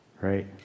right